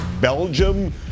belgium